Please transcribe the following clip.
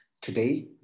Today